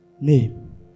name